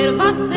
and mother